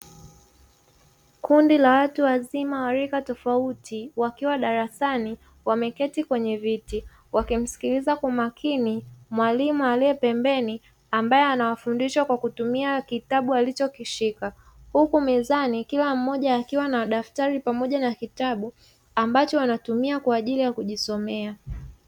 Kundi la watu wazima wa rika tofauti, wakiwa darasani wameketi kwenye viti, wakimsikiliza kwa makini mwalimu aliye pembeni, ambaye anawafundisha kwa kutumia kitabu alichokishika. Huku mezani, kila mmoja akiwa na daftari pamoja na kitabu ambacho anatumia kwa ajili ya kujisomea.